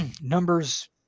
Numbers